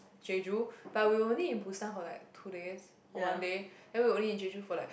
Jeju but we only in Busan for like two days or one day and we only in Jeju for like